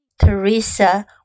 Teresa